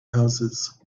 houses